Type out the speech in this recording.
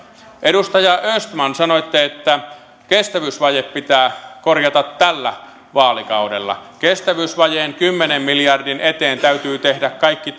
edustaja östman sanoitte että kestävyysvaje pitää korjata tällä vaalikaudella kestävyysvajeen kymmenen miljardin eteen täytyy tehdä kaikki